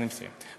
אני מסיים.